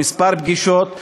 כמה פגישות,